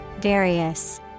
various